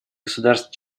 государств